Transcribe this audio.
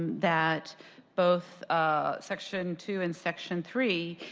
that both ah section two and section three,